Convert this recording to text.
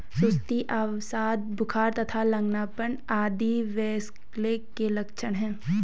सुस्ती, अवसाद, बुखार तथा लंगड़ापन आदि ब्लैकलेग के लक्षण हैं